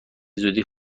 زودی